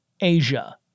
Asia